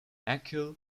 acyl